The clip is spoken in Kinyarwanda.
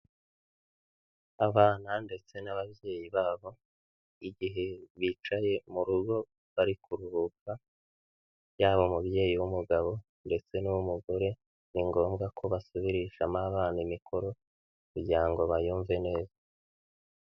Abana ndetse n'ababyeyi babo igihe bicaye mu rugo bari kuruhuka, yaba umubyeyi w'umugabo ndetse n'umugore, ni ngombwa ko basubirishamo abana imikoro kugira ngo bayumve neza.